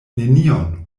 nenion